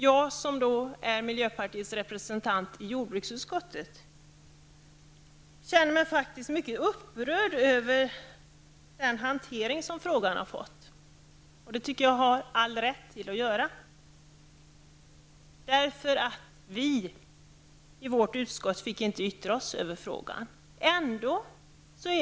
Jag känner mig som miljöpartiets representant i jordbruksutskottet faktiskt mycket upprörd över den hantering som frågan har fått. Det tycker jag att jag har all rätt till. Vi i vårt utskott fick inte yttra oss över frågan.